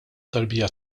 tarbija